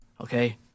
Okay